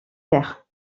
terre